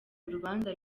urubanza